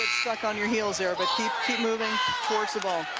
stuck on your heels there. but keep keep moving towards the ball.